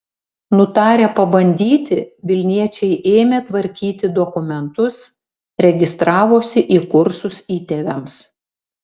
nutarę pabandyti vilniečiai ėmė tvarkyti dokumentus registravosi į kursus įtėviams